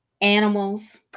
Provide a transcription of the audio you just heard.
animals